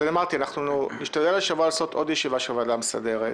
אנחנו נשתדל לעשות השבוע עוד ישיבה של ועדה מסדרת